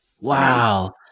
Wow